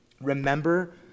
remember